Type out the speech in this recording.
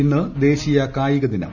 ഇന്ന് ദേശീയ കായികദിനം